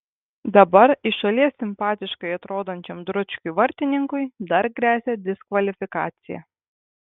dabar iš šalies simpatiškai atrodančiam dručkiui vartininkui dar gresia diskvalifikacija